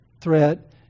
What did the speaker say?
threat